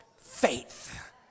faith